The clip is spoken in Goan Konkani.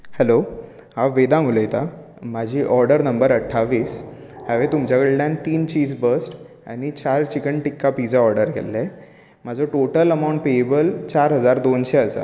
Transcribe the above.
हॅलो हांव वेदांग उलयतां म्हाजी ऑर्डर नंबर अठ्ठावीस हांवें तुमच्या कडल्यान तीन चीज बस्ट आनी चार चिकन टिक्का पिझ्झा ऑर्डर केल्ले म्हाजो टॉटल अमावंट पेयेबल चार हजार दोनशें आसा